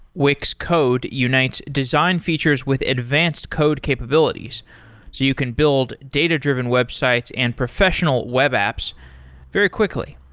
wix code unites design features with advanced code capabilities, so you can build data-driven websites and professional web apps very quickly.